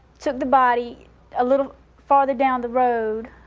took the body a little farther down the road,